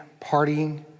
partying